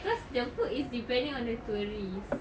cause the food is depending on the tourists